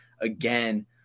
again